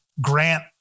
grant